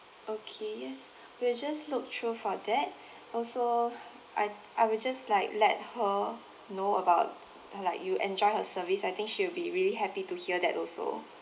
okay yes we'll just look through for that also I I will just like let her know about like you enjoyed your service I think she'll be really happy to hear that also